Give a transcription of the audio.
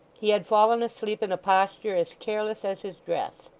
he had fallen asleep in a posture as careless as his dress.